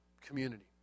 community